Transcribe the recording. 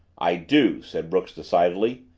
i do, said brooks decidedly.